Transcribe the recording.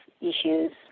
issues